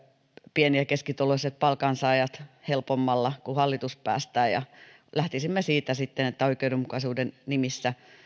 pieni ja keskituloiset palkansaajat helpommalla kuin hallitus päästää lähtisimme siitä sitten että oikeudenmukaisuuden nimissä